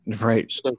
right